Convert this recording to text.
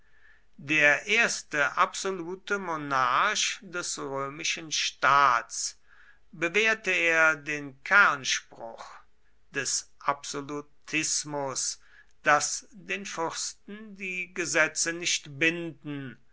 der erste absolute monarch des römischen staats bewährte er den kernspruch des absolutismus daß den fürsten die gesetze nicht binden